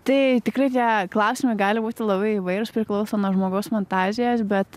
tai tikrai tie klausimai gali būti labai įvairūs priklauso nuo žmogaus fantazijos bet